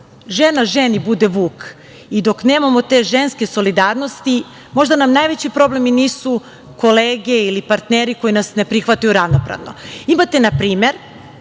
žena ženi bude vuk i dok nemamo te ženske solidarnosti, možda nam najveći problem i nisu kolege ili partneri koji ne prihvataju ravnopravno. Imate npr.